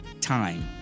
time